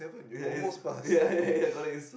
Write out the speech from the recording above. ya it's ya ya ya correct it's